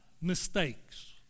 mistakes